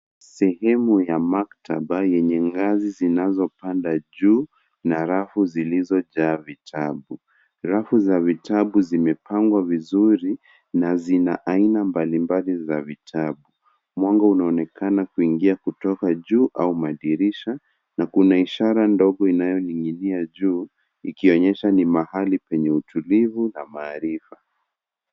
Sehemu ya maktaba yenye ngazi zinazopanda juu na rafu zilizojaa vitabu. Rafu za vitabu zimepangwa vizuri na zina aina mbalimbali za vitabu. Mwanga unaonekana kuingia kutoka juu au madirisha na kuna ishara ndogo inayoning'inia juu ikionyesha ni mahali penye utulivu na maarifa.